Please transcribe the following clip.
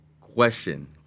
Question